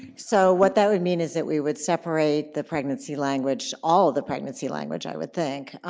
so what that would mean is that we would separate the pregnancy language, all of the pregnancy language i would think,